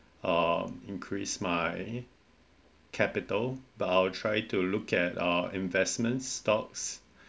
um increase my capital but I'll try to look at uh investment stocks